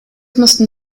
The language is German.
mussten